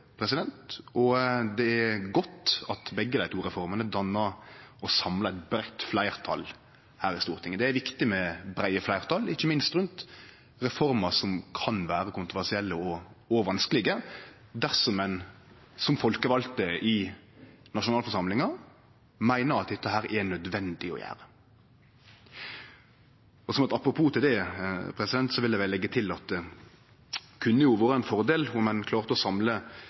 og det er godt at begge dei to reformene samla eit breitt fleirtal her i Stortinget. Det er viktig med breie fleirtal ikkje minst rundt reformer som kan vere kontroversielle og vanskelege dersom ein som folkevald i nasjonalforsamlinga meiner at dette er nødvendig å gjere. Og som eit apropos til det vil eg leggje til at det kunne vore ein fordel om ein klarte å samle